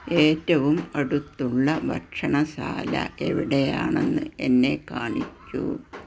ഏറ്റവും അടുത്തുള്ള ഭക്ഷണശാല എവിടെയാണെന്ന് എന്നെ കാണിക്കൂ